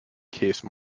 case